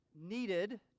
needed